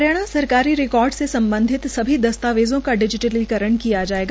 हरियाणा सरकारी रिकार्ड से सम्बधित सभी दस्तावेजों का डिजिटलीकरण किया जायेगा